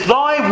Thy